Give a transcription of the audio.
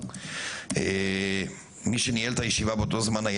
והכאב האמיתי שלהם הוא לא